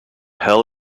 hell